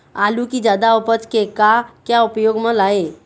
आलू कि जादा उपज के का क्या उपयोग म लाए?